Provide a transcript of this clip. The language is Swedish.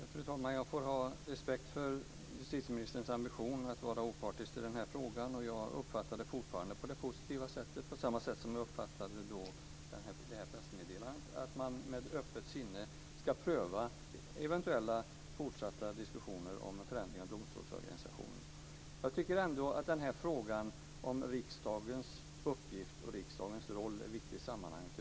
Fru talman! Jag får ha respekt för justitieministerns ambition att vara opartisk i denna fråga. Jag uppfattar det fortfarande positivt, på samma sätt som jag uppfattade pressmeddelandet, och tror att man med öppet sinne prövar eventuella fortsatta förändringar av domstolsorganisationen. Jag tycker att frågan om riksdagens uppgift och roll är viktig i sammanhanget.